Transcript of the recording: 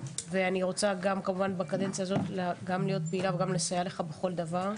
הייתי רוצה גם בקדנציה הזאת להיות פעילה וגם לסייע לך בכל דבר.